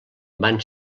van